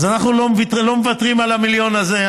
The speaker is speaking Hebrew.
אז אנחנו לא מוותרים על המיליון הזה.